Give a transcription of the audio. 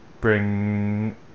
bring